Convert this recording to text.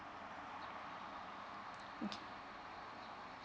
okay